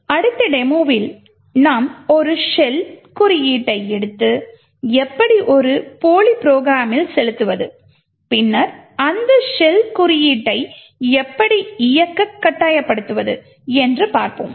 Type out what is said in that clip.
அடுத்து டெமோவில் நாம் ஒரு ஷெல் கோட்டை எடுத்து எப்படி ஒரு போலி ப்ரோக்ராமில் செலுத்துவது பின்னர் இந்த ஷெல் கோட்டை எப்படி இயக்க கட்டாயப்படுத்துவோம் என்று பார்ப்போம்